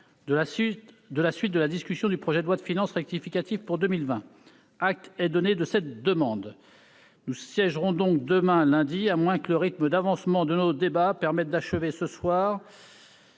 de la suite de la discussion du projet de loi de finances rectificative pour 2020. Acte est donné de cette demande. Nous siégerons donc demain, lundi, à moins que le rythme d'avancement de nos débats permette d'achever ce soir,